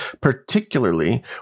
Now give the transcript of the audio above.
particularly